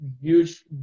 Huge